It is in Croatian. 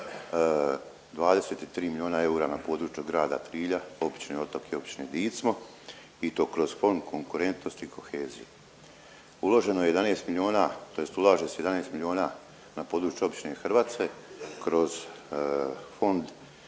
23 milijona eura na području grada Trilja, općine Otok i općine Dicmo i to kroz Fond konkurentnost i kohezija. Uloženo je 11 milijuna, tj. ulaže se 11 milijona na području općine Hrvace kroz Fond nacionalnog